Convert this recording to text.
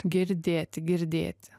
girdėti girdėti